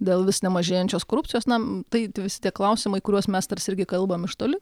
dėl vis nemažėjančios korupcijos na tai visi tie klausimai kuriuos mes tarsi irgi kalbam iš toli